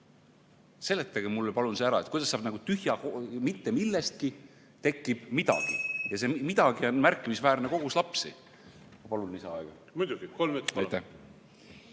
Seletage mulle palun see ära, kuidas nagu tühjast, mitte millestki tekib midagi, ja see midagi on märkimisväärne kogus lapsi! Ma palun lisaaega! Muidugi, kolm minutit, palun.